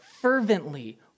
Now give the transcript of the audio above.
fervently